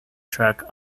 track